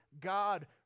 God